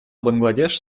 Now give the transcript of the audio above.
бангладеш